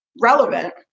relevant